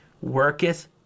worketh